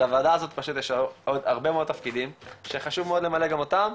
לוועדה הזאת פשוט יש עוד הרבה מאוד תפקידים שחשוב מאוד למלא גם אותם.